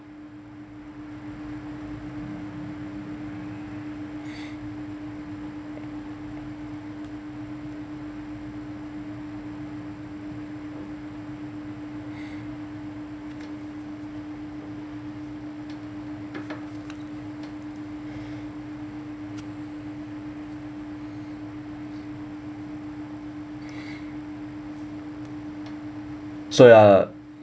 so ya